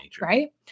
right